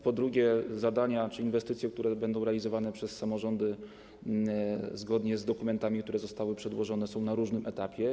Po drugie, zadania czy inwestycje, które będą realizowane przez samorządy zgodnie z dokumentami, które zostały przedłożone, są na różnym etapie.